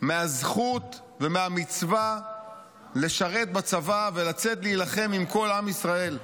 מהזכות ומהמצווה לשרת בצבא ולצאת להילחם עם כל עם ישראל.